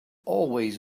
always